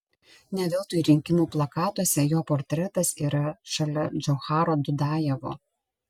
ne veltui rinkimų plakatuose jo portretas yra šalia džocharo dudajevo